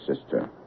sister